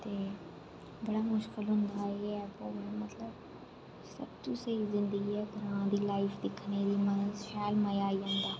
ते बड़ा मुश्कल होंदा एह् ऐ बो एह् मतलब सब तू स्हेई जिंदगी ऐ ग्रां दी लाइफ दी शैल मजा आई जंदा